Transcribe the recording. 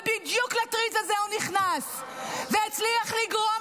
ובדיוק לטריז הזה הוא נכנס והצליח לגרום